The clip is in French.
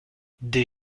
des